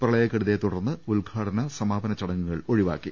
പ്രളയക്കെടുതിയെ തുടർന്ന് ഉദ്ഘാടന സമാപന ചടങ്ങുകൾ ഒഴിവാക്കി